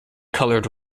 colored